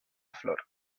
flor